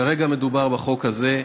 כרגע מדובר בחוק הזה.